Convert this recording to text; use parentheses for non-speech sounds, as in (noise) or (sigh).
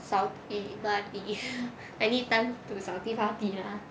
扫地抹地 (laughs) anytime to 扫地抹地吗